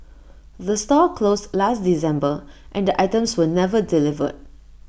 the store closed last December and items were never delivered